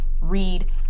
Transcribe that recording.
read